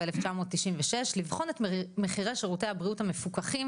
1996 לבחון את מחירי שירותי הבריאות המפוקחים